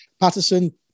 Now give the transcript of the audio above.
Patterson